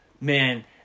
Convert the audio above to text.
man